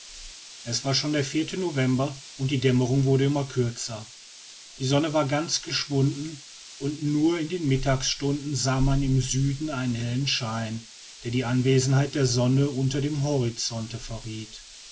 es war schon der november und die dämmerung wurde immer kürzer die sonne war ganz geschwunden und nur in den mittagsstunden sah man im süden einen hellen schein der die anwesenheit der sonne unter dem horizonte verriet